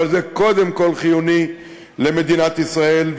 אבל זה קודם כול חיוני למדינת ישראל.